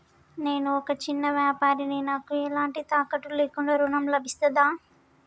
నేను ఒక చిన్న వ్యాపారిని నాకు ఎలాంటి తాకట్టు లేకుండా ఋణం లభిస్తదా?